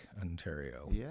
Ontario